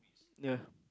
ya